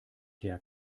der